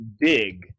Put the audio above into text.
big